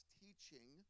teaching